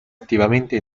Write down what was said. attivamente